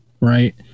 right